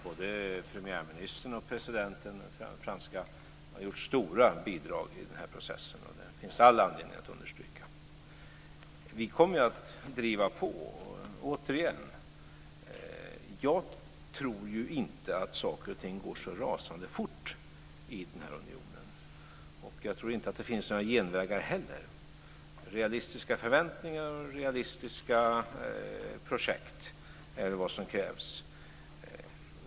Både Frankrikes premiärminister och presidenten har bidragit starkt i den här processen. Det finns det all anledning att understryka. Vi kommer att driva på. Återigen, jag tror inte att saker och ting går så rasande fort i den här unionen. Jag tror inte att det finns några genvägar heller. Realistiska förväntningar, realistiska projekt är vad som krävs.